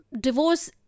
divorce